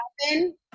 happen